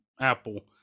Apple